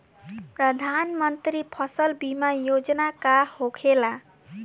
प्रधानमंत्री फसल बीमा योजना का होखेला?